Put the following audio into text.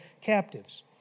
captives